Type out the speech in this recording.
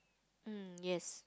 mm yes